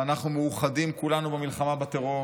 ואנחנו מאוחדים כולנו במלחמה בטרור.